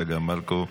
צגה מלקו,